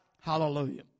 Hallelujah